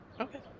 Okay